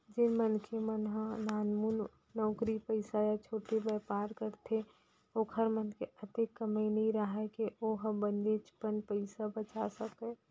जेन मनखे मन ह नानमुन नउकरी पइसा या छोटे बयपार करथे ओखर मन के अतेक कमई नइ राहय के ओ ह बनेचपन पइसा बचा सकय